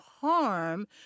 harm